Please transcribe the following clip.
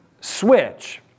switch